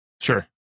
Sure